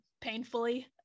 painfully